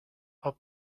are